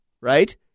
right